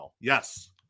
Yes